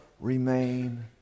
remain